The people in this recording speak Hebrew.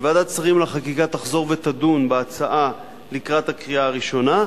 שוועדת שרים לחקיקה תחזור ותדון בהצעה לקראת הקריאה הראשונה,